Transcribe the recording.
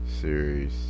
series